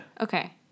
Okay